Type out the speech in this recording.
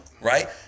right